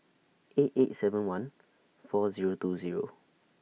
eight eight seven one four Zero two Zero